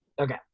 Okay